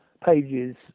pages